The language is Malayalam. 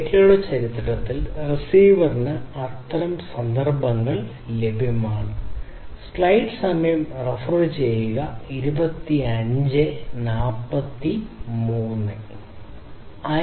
ഡാറ്റയുടെ ചരിത്രത്തിൽ റിസീവറിന് അത്തരം എത്ര സന്ദർഭങ്ങൾ ലഭ്യമാണ്